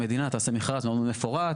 המדינה תעשה מכרז מאוד מפורט,